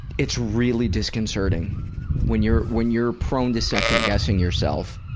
it's really disconcerting when you're when you're prone to second guessing yourself,